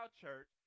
church